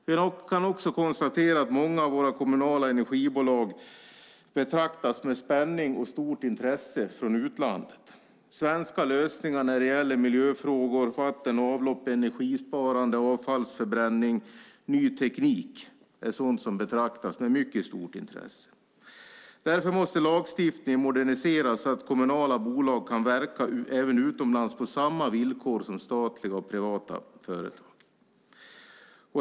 Vi kan också konstatera att många av våra kommunala energibolag betraktas med spänning och stort intresse från utlandet. Svenska lösningar när det gäller miljöfrågor, vatten och avlopp, energisparande, avfallsförbränning och ny teknik är sådant som betraktas med mycket stort intresse. Därför måste lagstiftningen moderniseras så att kommunala bolag kan verka även utomlands på samma villkor som statliga och privata företag.